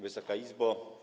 Wysoka Izbo!